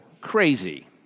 crazy